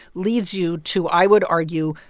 leads you to, i would argue,